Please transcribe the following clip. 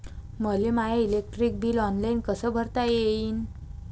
मले माय electric bill online कस भरता येईन?